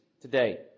today